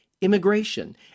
Immigration